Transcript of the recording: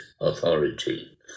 authority